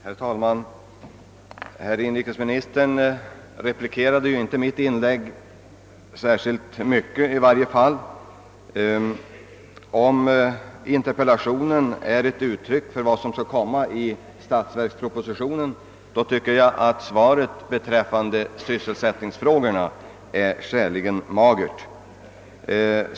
Herr talman! Inrikesministern bemötte inte mitt inlägg särskilt mycket. Om interpellationssvaret är ett uttryck för vad som komma skall i statsverkspropositionen, så tycker jag att det i vad gäller sysselsättningsfrågorna är skäligen magert.